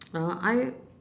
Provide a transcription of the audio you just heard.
I